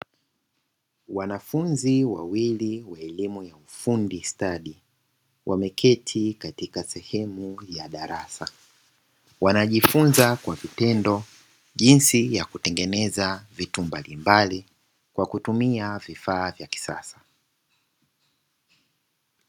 Wanafunzi wawili wa elimu ya ufundi stadi, wameketi katika sehemu ya darasa. Wanajifunza kwa vitendo jinsi ya kutengeneza vitu mbalimbali kwa kutumia vifaaa vya kisasa.